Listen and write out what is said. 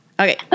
Okay